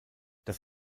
das